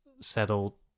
settle